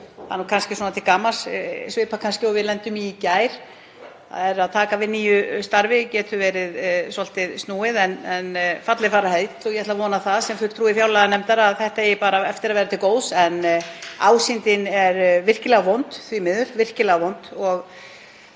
Það er, svona til gamans, svipað kannski og við lentum í í gær; að taka við nýju starfi getur verið svolítið snúið en fall er fararheill og ég ætla að vona sem fulltrúi í fjárlaganefnd að þetta eigi bara eftir að verða til góðs. En ásýndin er virkilega vond, því miður, virkilega vond.